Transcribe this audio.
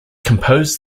composed